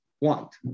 want